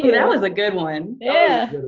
yeah that was a good one. yeah